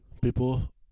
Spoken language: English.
People